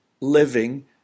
living